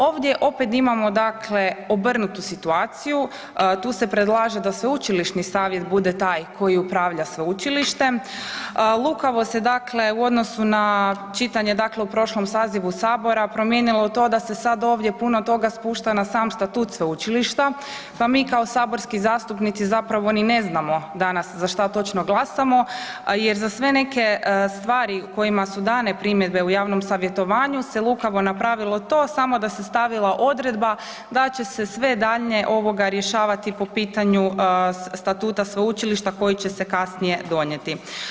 Ovdje opet imamo dakle obrnutu situaciju, tu se predlaže da Sveučilišni savjet bude taj koji upravlja sveučilištem, lukavo se dakle u odnosu na čitanje dakle u prošlom sazivu Sabora promijenilo to da se sad ovdje puno toga spušta na sam statut sveučilišta pa mi kao saborski zastupnici zapravo ni ne znamo danas za šta točno glasamo jer za sve neke stvari kojima su dane primjedbe u javnom savjetovanju se lukavo napravilo to samo da se stavila odredba da će se sve daljnje ovoga rješavati po pitanju statuta sveučilišta koji će se kasnije donijeti.